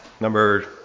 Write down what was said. Number